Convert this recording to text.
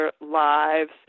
lives